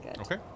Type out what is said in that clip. Okay